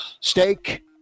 steak